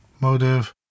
motive